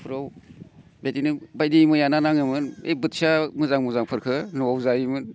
बेफोराव बेबायदिनो बायदि मैया ना नाङोमोन ओइ बोथिया मोजां मोजांफोरखो न'आव जायोमोन